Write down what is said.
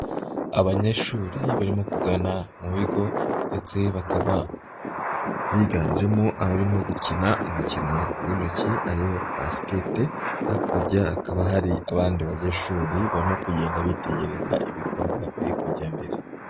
Abanyeshuri barimo kugana mu bigo ndetse bakaba biganjemo abarimo gukina umukino w'intoki ari wo basikete, hakurya hakaba hari abandi banyeshuri barimo kugenda bitegereza ibikorwa biri kujya mbere.